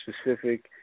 specific